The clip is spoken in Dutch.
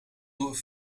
door